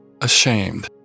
ashamed